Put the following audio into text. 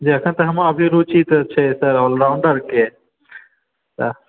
जी अखन त हम रुचि छै आलराउन्डर के